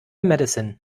medicine